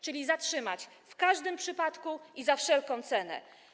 Czyli zatrzymać w każdym przypadku i za wszelką cenę.